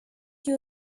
you